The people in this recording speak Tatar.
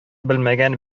белмәгән